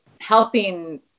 helping